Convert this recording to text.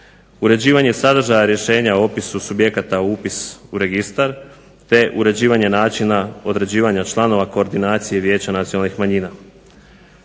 uređivanje sadržaja rješenja o upisu subjekata upisa u registar te uređivanja načina određivanja članova koordinacije vijeća nacionalnih manjina.